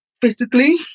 physically